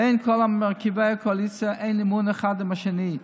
בין כל מרכיבי הקואליציה אין אמון אחד בשני.